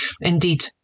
Indeed